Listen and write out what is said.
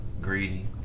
greedy